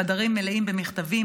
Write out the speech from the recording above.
החדרים מלאים במכתבים,